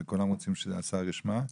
וכולם רוצים שהשר ישמע,